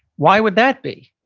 why would that be?